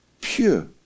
Pure